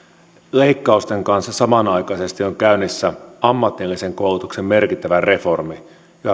leikkausten kanssa samanaikaisesti on käynnissä ammatillisen koulutuksen merkittävä reformi joka